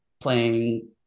playing